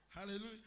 Hallelujah